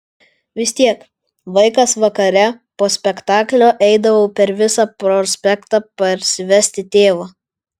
vis tiek vaikas vakare po spektaklio eidavau per visą prospektą parsivesti tėvo